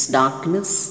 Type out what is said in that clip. darkness